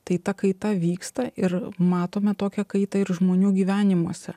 tai ta kaita vyksta ir matome tokią kaitą ir žmonių gyvenimuose